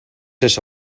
eso